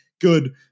good